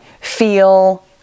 feel